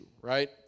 right